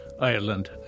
Ireland